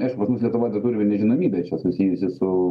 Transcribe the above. aišku pas mus lietuvoj dar ir nežinomybė čia susijusi su